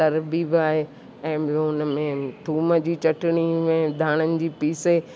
तरिबी बि आहे ऐं ॿियो उनमें थूम जी चटिणी में धाणन जी पीसे